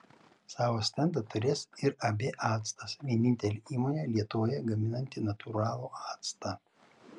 savo stendą turės ir ab actas vienintelė įmonė lietuvoje gaminanti natūralų actą